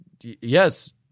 Yes